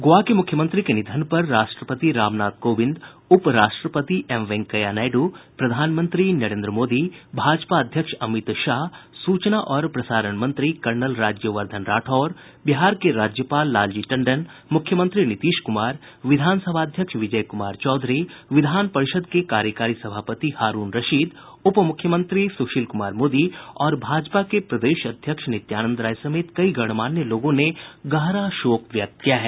गोवा के मुख्यमंत्री के निधन पर राष्ट्रपति रामनाथ कोविंद उपराष्ट्रपति एम वेंकैया नायड् प्रधानमंत्री नरेन्द्र मोदी भाजपा अध्यक्ष अमित शाह सूचना और प्रसारण मंत्री कर्नल राज्यवर्धन राठौड़ बिहार के राज्यपाल लालजी टंडन मुख्यमंत्री नीतीश कुमार विधान सभा अध्यक्ष विजय कुमार चौधरी विधान परिषद के कार्यकारी सभापति हारूण रशीद उपमुख्यमंत्री सुशील कुमार मोदी और भाजपा के प्रदेश अध्यक्ष नित्यानंद राय समेत कई गणमान्य लोगों ने गहरा शोक व्यक्त किया है